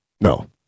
No